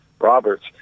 Roberts